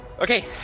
Okay